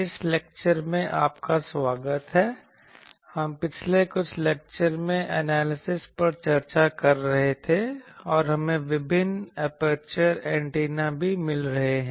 इस लेक्चर में आपका स्वागत है हम पिछले कुछ लेक्चर में एनालिसिस पर चर्चा कर रहे थे और हमें विभिन्न एपर्चर एंटेना भी मिल रहे हैं